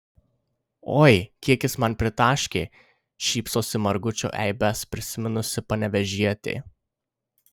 oi kiek jis man pritaškė šypsosi margučio eibes prisiminusi panevėžietė